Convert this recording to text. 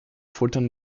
futtern